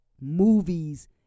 movies